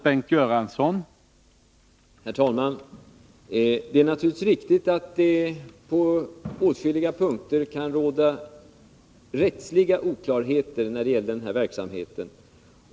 Herr talman! Det är naturligtvis riktigt att det på åtskilliga punkter kan råda rättsliga oklarheter beträffande den här verksamheten.